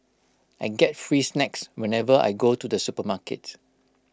I get free snacks whenever I go to the supermarket